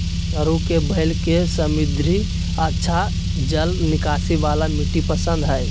सरू के बेल के समृद्ध, अच्छा जल निकासी वाला मिट्टी पसंद हइ